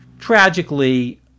tragically